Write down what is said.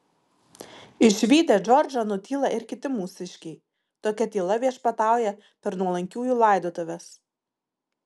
išvydę džordžą nutyla ir kiti mūsiškiai tokia tyla viešpatauja per nuolankiųjų laidotuves